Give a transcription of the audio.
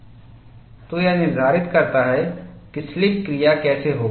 तो यह निर्धारित करता है कि स्लिपक्रिया कैसे होगी